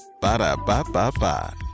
Ba-da-ba-ba-ba